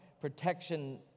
protection